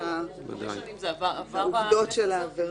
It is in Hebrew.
את העובדות של העבירה.